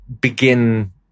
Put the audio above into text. begin